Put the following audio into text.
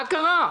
מה קרה.